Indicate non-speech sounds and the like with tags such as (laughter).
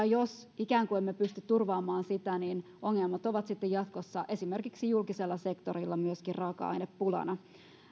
(unintelligible) jos emme pysty ikään kuin turvaamaan sitä niin ongelmat ovat sitten jatkossa esimerkiksi julkisella sektorilla myöskin raaka ainepulana